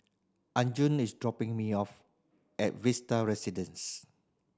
Arjun is dropping me off at Vista Residence